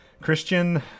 Christian